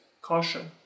caution